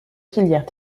filières